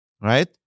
Right